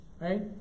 Right